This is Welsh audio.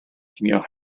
cinio